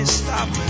stop